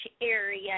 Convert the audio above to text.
area